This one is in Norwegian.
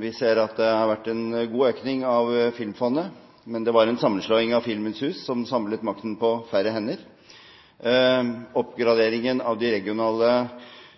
Vi ser at det har vært en god økning av Filmfondet, men sammenslåingen av Filmens Hus samlet makten på færre hender. Oppgraderingen av de regionale